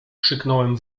krzyknąłem